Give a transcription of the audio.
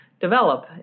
develop